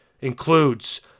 includes